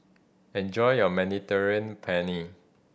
enjoy your Mediterranean Penne